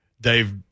Dave